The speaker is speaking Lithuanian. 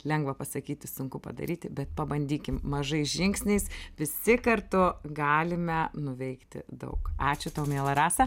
lengva pasakyti sunku padaryti bet pabandykim mažais žingsniais visi kartu galime nuveikti daug ačiū tau miela rasa